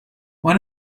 when